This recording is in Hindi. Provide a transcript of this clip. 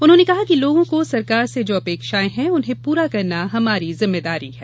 उन्होंने कहा कि लोगों को सरकार से जो अपेक्षार्ये हैं उन्हें पूरा करना हमारी जिम्मेदारी है